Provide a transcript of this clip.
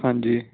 ਹਾਂਜੀ